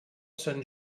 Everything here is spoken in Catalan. sant